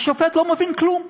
השופט לא מבין כלום,